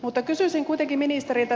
mutta kysyisin kuitenkin ministeriltä